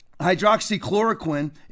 hydroxychloroquine